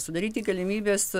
sudaryti galimybes